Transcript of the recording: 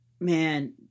man